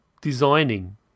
designing